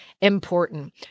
important